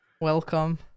Welcome